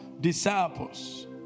disciples